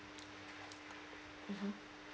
mmhmm